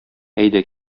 әйдә